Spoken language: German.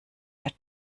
der